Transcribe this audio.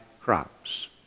crops